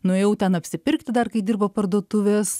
nuėjau ten apsipirkti dar kai dirbo parduotuvės